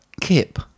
Kip